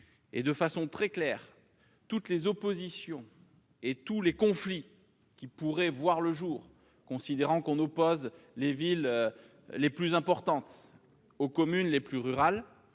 et de façon très claire, toutes les oppositions et tous les conflits qui pourraient voir le jour, notamment entre les villes les plus importantes et les communes les plus rurales,